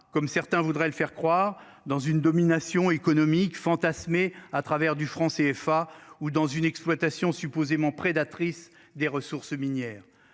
comme certains voudraient le faire croire, dans une domination économique fantasmer à travers du franc CFA ou dans une exploitation supposément prédatrice des ressources minières